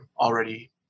already